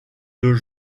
deux